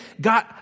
God